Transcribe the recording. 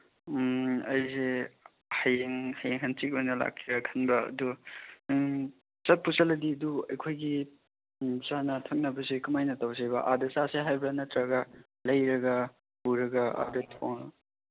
ꯎꯝ ꯑꯩꯁꯦ ꯍꯌꯦꯡ ꯍꯌꯦꯡ ꯍꯥꯡꯆꯤꯠ ꯑꯣꯏꯅ ꯂꯥꯛꯁꯤꯔꯥ ꯈꯟꯕ ꯑꯗꯨ ꯆꯠꯄꯨ ꯆꯠꯂꯗꯤ ꯑꯗꯨ ꯑꯩꯈꯣꯏꯒꯤ ꯆꯥꯅ ꯊꯛꯅꯕꯁꯦ ꯀꯃꯥꯏꯅ ꯇꯧꯁꯦꯕꯥ ꯑꯥꯗ ꯆꯥꯁꯦ ꯍꯥꯏꯕ꯭ꯔꯥ ꯅꯠꯇ꯭ꯔꯒ ꯂꯩꯔꯒ ꯄꯨꯔꯒ ꯑꯥꯗ ꯊꯣꯡꯉ